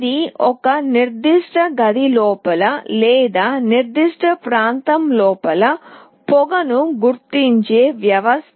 ఇది ఒక నిర్దిష్ట గది లోపల లేదా ఒక నిర్దిష్ట ప్రాంతం లోపల పొగను గుర్తించే వ్యవస్థ